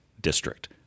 district